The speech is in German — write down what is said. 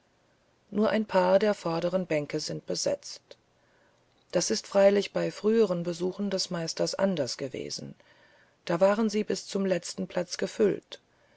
nur ein paar der vorderen bänke sind besetzt das ist freilich bei früheren besuchen des meisters anders gewesen da waren sie bis zum letzten platz gefüllt